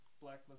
Black